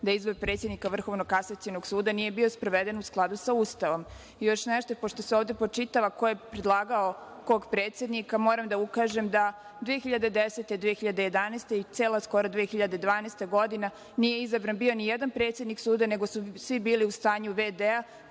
da izbor predsednika VKS nije bio sproveden u skladu sa Ustavom. Još nešto, pošto se ovde spočitava ko je predlagao kog predsednika, moram da ukažem da 2010, 2011. i skoro cele 2012. godine nije bio izabran nijedan predsednik suda, nego su svi bili u stanju v.d.